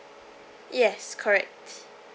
yes correct